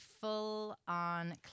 full-on